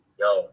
yo